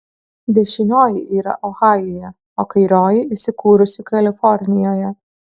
dešinioji yra ohajuje o kairioji įsikūrusi kalifornijoje